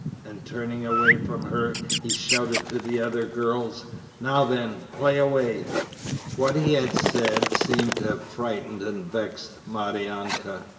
and turning away from her he shouted to the other girls now then! play away what he had said seemed to have frightened and vexed maryanka.